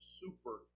super